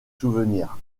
souvenirs